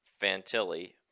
Fantilli